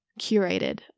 curated